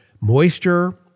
moisture